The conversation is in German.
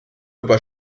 über